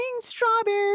strawberry